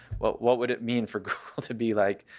well, what would it mean for google to be like